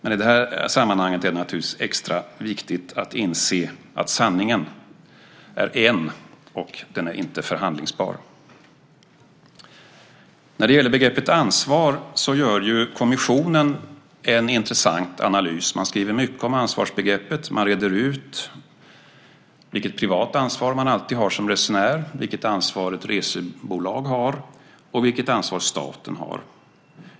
I det här sammanhanget är det dock naturligtvis extra viktigt att inse att sanningen är en, och den är inte förhandlingsbar. När det gäller begreppet "ansvar" gör kommissionen en intressant analys. De skriver mycket om ansvarsbegreppet. De reder ut vilket privat ansvar man alltid har som resenär, vilket ansvar ett resebolag har och vilket ansvar staten har.